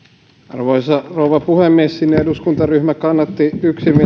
arvoisa rouva puhemies sininen eduskuntaryhmä kannatti yksimielisesti